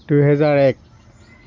দুহেজাৰ এক